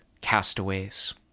castaways